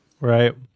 right